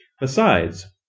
Besides